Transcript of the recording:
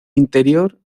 interior